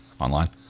online